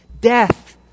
Death